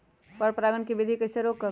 पर परागण केबिधी कईसे रोकब?